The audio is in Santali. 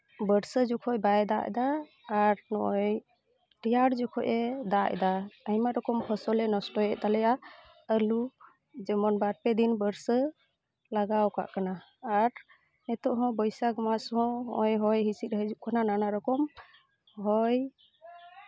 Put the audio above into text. ᱵᱟᱹᱨᱥᱟᱹ ᱡᱚᱠᱷᱚᱱ ᱵᱟᱭ ᱫᱟᱜ ᱮᱫᱟ ᱟᱨ ᱱᱚᱜᱼᱚᱭ ᱨᱮᱭᱟᱲ ᱡᱚᱠᱷᱚᱱ ᱮ ᱫᱟᱜ ᱮᱫᱟ ᱟᱭᱢᱟ ᱨᱚᱠᱚᱢ ᱯᱷᱚᱥᱚᱞᱮ ᱱᱚᱥᱴᱚᱭᱮᱫ ᱛᱟᱞᱮᱭᱟ ᱟᱹᱞᱩ ᱡᱮᱢᱚᱱ ᱵᱟᱨᱯᱮ ᱫᱤᱱ ᱵᱟᱹᱨᱥᱟᱹ ᱞᱟᱜᱟᱣ ᱠᱟᱜ ᱠᱟᱱᱟ ᱟᱨ ᱱᱤᱛᱚᱜ ᱦᱚᱸ ᱵᱳᱭᱥᱟᱠᱷ ᱢᱟᱥ ᱦᱚᱸ ᱱᱚᱜᱼᱚᱭ ᱦᱚᱭ ᱦᱤᱸᱥᱤᱫ ᱦᱤᱡᱩᱜ ᱠᱟᱱᱟ ᱱᱚᱜᱼᱚᱭ ᱱᱟᱱᱟ ᱨᱚᱠᱚᱢ ᱦᱚᱭ